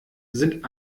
sind